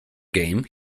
game